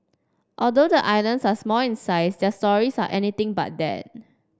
although the islands are small in size their stories are anything but that